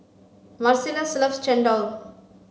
marcellus loves chendol